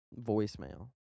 voicemail